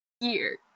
year